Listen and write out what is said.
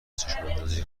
چشماندازی